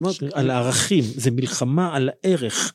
מה זה? על הערכים, זו מלחמה על הערך.